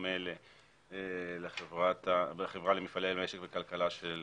בדומה לחברה למפעלי המשק והכלכלה של